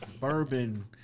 bourbon